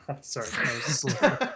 Sorry